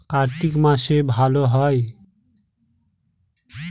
কার্তিক মাসে ভালো হয়?